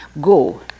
go